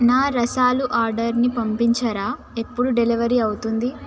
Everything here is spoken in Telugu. నా రసాలు ఆర్డర్ని పంపించరా ఎప్పుడు డెలివరీ అవుతుంది